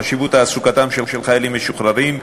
אנו מכירים בחשיבות תעסוקתם של חיילים משוחררים,